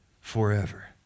forever